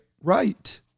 Right